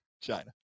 China